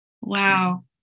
Wow